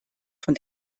von